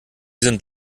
sind